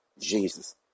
Jesus